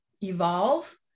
evolve